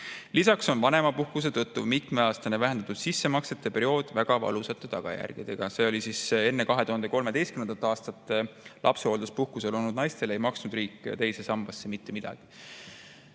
Lisaks on vanemapuhkuse tõttu tekkiv mitmeaastane vähendatud sissemaksete periood väga valusate tagajärgedega." See oli siis enne 2013. aastat, kui lapsehoolduspuhkusel olnud naisele ei maksnud riik teise sambasse mitte midagi.